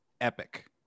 epic